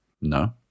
No